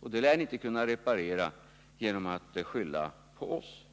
och det lär ni inte kunna reparera genom att skylla på oss.